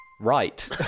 right